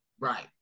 Right